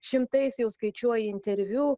šimtais jau skaičiuoji interviu